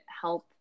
help